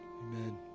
amen